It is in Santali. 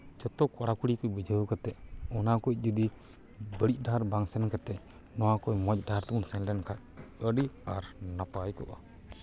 ᱡᱷᱚᱛᱚ ᱠᱚᱲᱟ ᱠᱩᱲᱤ ᱠᱚ ᱵᱩᱡᱷᱟᱹᱣ ᱠᱟᱛᱮᱫ ᱚᱱᱟ ᱠᱚ ᱡᱩᱫᱤ ᱵᱟᱹᱲᱤᱡ ᱰᱟᱦᱟᱨ ᱵᱟᱝ ᱥᱮᱱ ᱠᱟᱛᱮᱫ ᱱᱚᱣᱟ ᱠᱷᱚᱱ ᱢᱚᱡᱽ ᱰᱟᱦᱟᱨ ᱛᱮᱢ ᱥᱮᱱ ᱞᱮᱱᱠᱷᱟᱱ ᱟᱹᱰᱤ ᱟᱨ ᱱᱟᱯᱟᱭ ᱠᱚᱜᱼᱟ